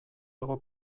hego